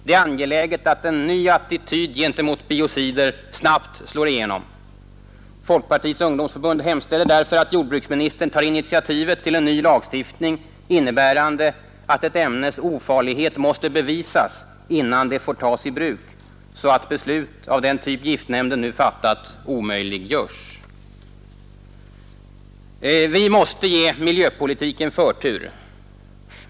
Det är angeläget att en ny attityd gentemot biocider snabbt slår igenom. Folkpartiets Ungdomsförbund hemställer därför att jordbruksministern tar initiativ till en ny lagstiftning innebärande att ett ämnes ofarlighet måste bevisas innan det får tas i bruk, så att beslut av den typ giftnämnden nu fattat omöjliggörs.” Vi måste ge miljöpolitiken förtur.